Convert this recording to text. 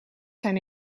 zijn